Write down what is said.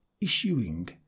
issuing